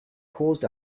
caused